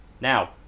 now